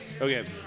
Okay